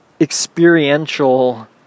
experiential